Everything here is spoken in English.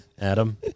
Adam